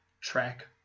track